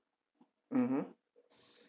mmhmm